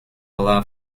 allow